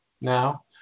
now